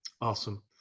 Awesome